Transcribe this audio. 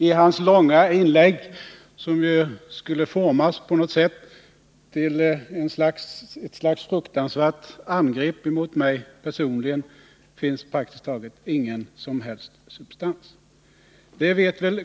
I hans långa inlägg, som ju skulle formas till ett fruktansvärt angrepp mot mig personligen, finns praktiskt taget ingen som helst substans.